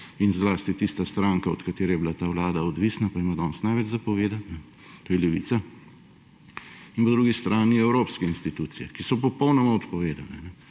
In zlasti tista stranka, od katere je bila ta vlada odvisna, pa ima danes največ povedati, to je Levica. Po drugi strani evropske institucije, ki so popolnoma odpovedane,